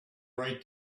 write